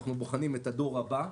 אנחנו בוחנים את הדור הבא,